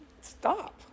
Stop